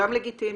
גם לגיטימי.